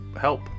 help